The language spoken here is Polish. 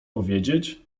powiedzieć